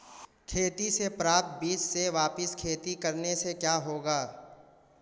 खेती से प्राप्त बीज से वापिस खेती करने से क्या होगा?